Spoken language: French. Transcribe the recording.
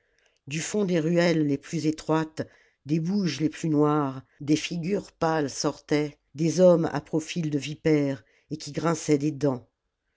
du fond des ruelles les plus étroites des bouges les plus noirs des figures pâles sortaient des nommes à profil de vipère et qui grinçaient des dents